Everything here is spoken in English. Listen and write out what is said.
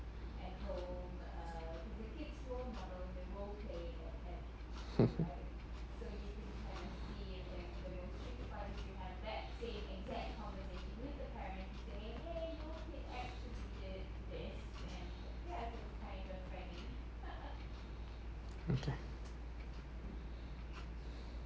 okay